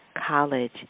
College